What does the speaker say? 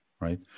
Right